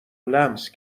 لمس